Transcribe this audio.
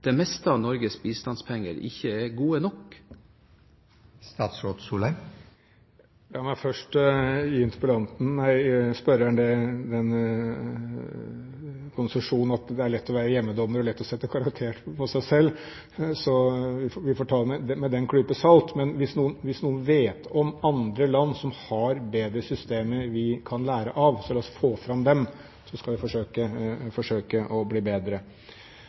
det meste av Norges bistandspenger, ikke er godt nok? La meg først gi spørreren den konsesjon at det er lett å være hjemmedommer og lett å sette karakter på seg selv. Så vi får ta det med den klype salt. Men hvis noen vet om andre land som har bedre systemer som vi kan lære av, så la oss få fram dem. Så skal vi forsøke å bli bedre.